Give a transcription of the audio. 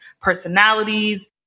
personalities